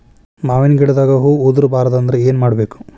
ಮಾವಿನ ಗಿಡದಾಗ ಹೂವು ಉದುರು ಬಾರದಂದ್ರ ಏನು ಮಾಡಬೇಕು?